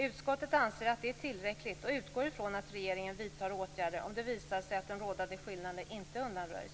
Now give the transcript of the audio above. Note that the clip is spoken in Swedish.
Utskottet anser att det är tillräckligt och utgår ifrån att regeringen vidtar åtgärder, om det visar sig att rådande skillnader inte undanröjs.